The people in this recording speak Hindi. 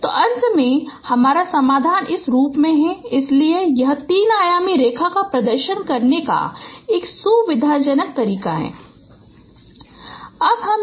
तो अंत में हमारा समाधान इस रूप में है इसलिए यह तीन आयामी रेखा का प्रदर्शन करने का एक सुविधाजनक तरीका है